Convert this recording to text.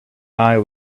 eye